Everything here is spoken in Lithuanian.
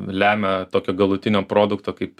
lemia tokio galutinio produkto kaip